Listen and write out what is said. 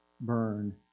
burn